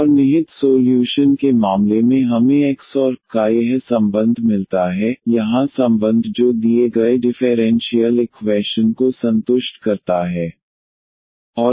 और निहित सोल्यूशन के मामले में हमें x और y का यह संबंध मिलता है यहां संबंध जो दिए गए डिफेरेंशीयल इक्वैशन को संतुष्ट करता है